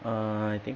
err I think